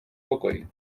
pokoji